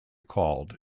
called